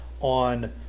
on